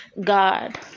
God